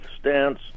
stance